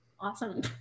awesome